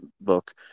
book